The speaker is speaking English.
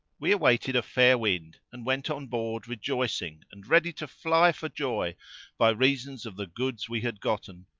we awaited a fair wind and went on board rejoicing and ready to fly for joy by reason of the goods we had gotten,